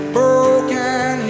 broken